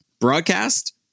broadcast